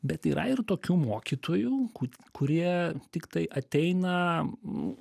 bet yra ir tokių mokytojų ku kurie tiktai ateina